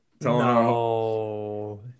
No